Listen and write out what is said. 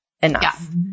enough